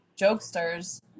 jokesters